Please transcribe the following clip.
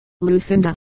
Lucinda